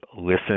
listen